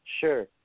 sure